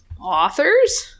authors